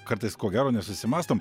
kartais ko gero nesusimąstom